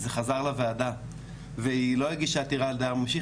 זה חזר לוועדה והיא לא הגישה עתירה על דייר ממשיך,